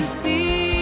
see